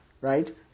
right